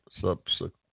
subsequent